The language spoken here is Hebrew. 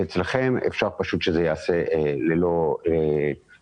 אבל אצלכם אפשר פשוט שזה ייעשה ללא היתר.